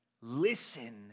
Listen